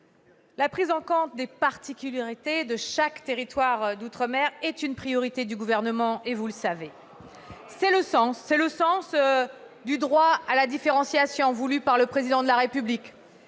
la prise en compte des particularités de chaque territoire d'outre-mer est une priorité du Gouvernement. C'est le sens du droit à la différenciation voulue par le Président de la République,